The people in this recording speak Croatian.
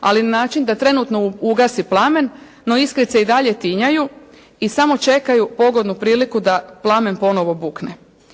ali na način da trenutno ugasi plamen, no iskrice i dalje tinjaju i samo čekaju pogodnu priliku da plamen ponovo bukne.